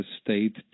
state